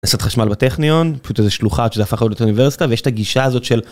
הנדסת חשמל בטכניון פשוט איזה שלוחה עד שזה הפך לאוניברסיטה ויש את הגישה הזאת של.